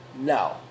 No